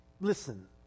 Listen